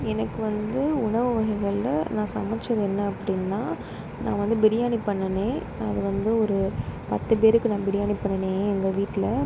எனக்கு வந்து உணவு வகைகளில் நான் சமச்சது என்ன அப்படின்னா நான் வந்து பிரியாணி பண்ணுணேன் அது வந்து ஒரு பத்து பேருக்கு நான் பிரியாணி பண்ணுணேன் எங்கள் வீட்டில்